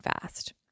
fast